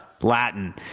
Latin